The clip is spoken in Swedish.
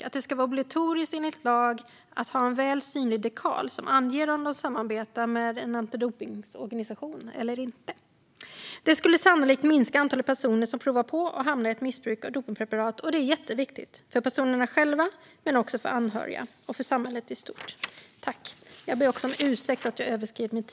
Där är det obligatoriskt enligt lag att ha en väl synlig dekal som anger om man samarbetar med en antidopningsorganisation eller inte. Det skulle sannolikt minska antalet personer som provar på och hamnar i ett missbruk av dopningspreparat. Det är jätteviktigt för personerna själva men också för anhöriga och för samhället i stort.